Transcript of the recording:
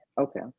okay